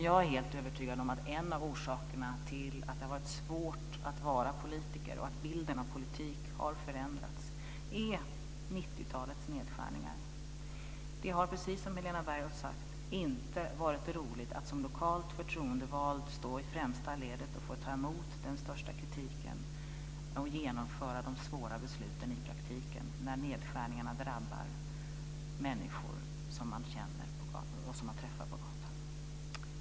Jag är helt övertygad om att en av orsakerna till att det har varit svårt att vara politiker och till att bilden av politiken har förändrats är 90 talets nedskärningar. Det har, precis som Helena Bargholtz sagt, inte varit roligt att som lokal förtroendevald stå i främsta ledet, ta emot den största kritiken och genomföra de svåra besluten i praktiken när nedskärningarna drabbat människor som man känner och träffar på gatorna.